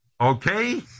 Okay